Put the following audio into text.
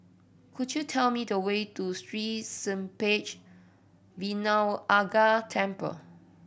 could you tell me the way to Sri Senpaga Vinayagar Temple